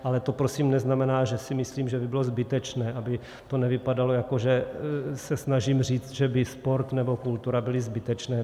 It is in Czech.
Ale to prosím neznamená, že by bylo zbytečné, aby to nevypadalo, jako že se snažím říci, že by sport nebo kultura byly zbytečné.